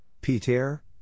Peter